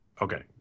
Okay